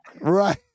right